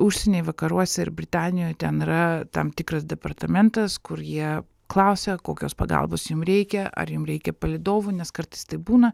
užsienyje vakaruose ir britanijoj ten yra tam tikras departamentas kur jie klausia kokios pagalbos jum reikia ar jum reikia palydovų nes kartais taip būna